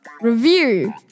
review